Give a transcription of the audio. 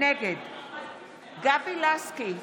נגד גבי לסקי,